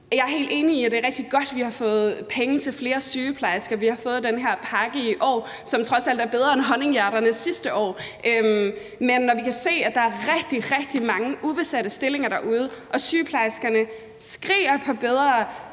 Jeg er helt enig i, at det er rigtig godt, at vi har fået penge til flere sygeplejersker, at vi har fået den her pakke i år, som trods alt er bedre end honninghjerterne sidste år, men når vi kan se, at der er rigtig, rigtig mange ubesatte stillinger derude og sygeplejerskerne skriger på bedre